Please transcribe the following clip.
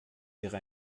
wäre